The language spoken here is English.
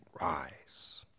rise